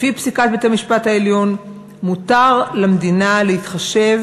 לפי פסיקת בית-המשפט העליון מותר למדינה להתחשב